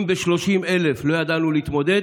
אם לא ידענו להתמודד